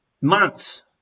months